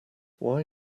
why